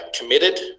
committed